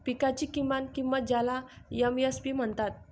पिकांची किमान किंमत ज्याला एम.एस.पी म्हणतात